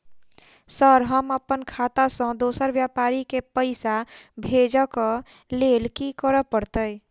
Sir हम अप्पन खाता सऽ दोसर व्यापारी केँ पैसा भेजक लेल की करऽ पड़तै?